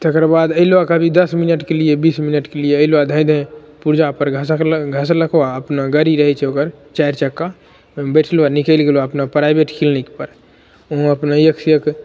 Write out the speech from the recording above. तेकरबाद अइलो कभी दश मिनटके लिए बीस मिनटके लिए अइलो आ धाँइ धाँइ पुर्जापर घसकलक घसलको आ अपना गाड़ी रहैत छै ओकर चारि चक्का ओहिमे बैठलो आ निकलि गेलो अपना प्राइभेट किलनिक पर उहाँ अपना एकसे एक